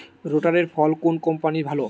রোটারের ফল কোন কম্পানির ভালো?